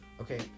Okay